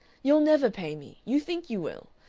you'll never pay me. you think you will.